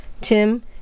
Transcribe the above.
Tim